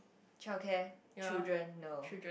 childcare children no